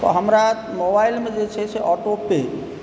तऽ हमरा मोबाइलमे जे छै से ऑटो पे